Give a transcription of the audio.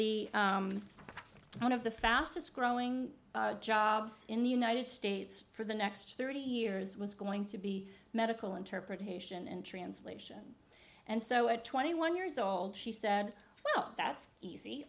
the one of the fastest growing jobs in the united states for the next thirty years was going to be medical interpretation and translation and so at twenty one years old she said well that's easy